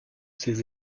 ses